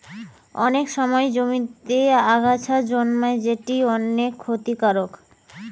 অনেক সময় জমিতে আগাছা জন্মায় যেটি অনেক ক্ষতিকারক